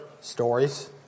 stories